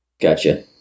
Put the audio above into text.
Gotcha